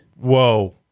Whoa